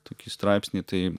tokį straipsnį tai